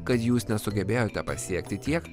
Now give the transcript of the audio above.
kad jūs nesugebėjote pasiekti tiek